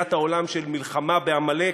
ראיית העולם של מלחמה בעמלק,